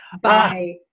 Bye